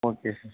okay sir